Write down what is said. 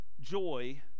joy